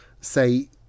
say